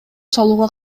салууга